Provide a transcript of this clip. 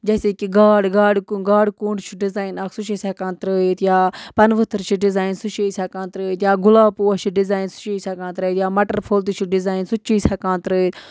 جیسے کہِ گاڈ گاڈٕ گاڈٕ کوٚنٛڈ چھُ ڈِزایِن اکھ سُہ چھِ أسۍ ہٮ۪کان ترٲیِتھ یا پَنہٕ ؤتھٕر چھِ ڈِزایِن سُہ چھِ أسۍ ہٮ۪کان ترٲیِتھ یا گُلاب پوش چھِ ڈِزایِن سُہ چھِ أسۍ ہٮ۪کان ترٛٲیِتھ یا مَٹر فُل تہِ چھُ ڈِزایِن سُہ تہِ چھِ أسۍ ہٮ۪کان ترٲیِتھ